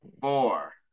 four